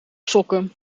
sokken